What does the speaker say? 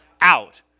out